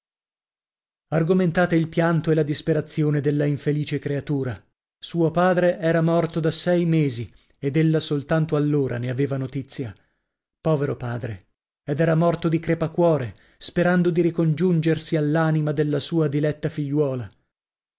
argomentate il pianto e la disperazione della infelice creatura suo padre era morto da sei mesi ed ella soltanto allora ne aveva notizia povero padre ed ora morto di crepacuore sperando di ricongiungersi all'anima della sua diletta figliuola